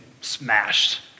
smashed